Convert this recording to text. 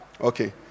Okay